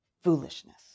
foolishness